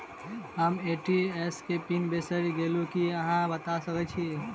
हम ए.टी.एम केँ पिन बिसईर गेलू की अहाँ बता सकैत छी?